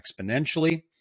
exponentially